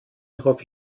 darauf